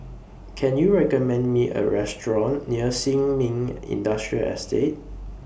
Can YOU recommend Me A Restaurant near Sin Ming Industrial Estate